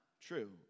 true